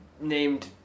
named